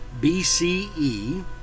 BCE